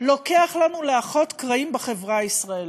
לוקח לנו לאחות קרעים בחברה הישראלית,